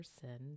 person